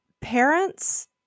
parents